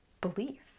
belief